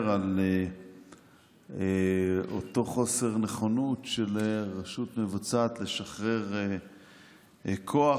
על אותו חוסר נכונות של רשות מבצעת לשחרר כוח,